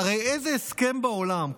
הרי איזה הסכם בעולם,